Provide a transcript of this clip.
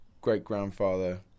great-grandfather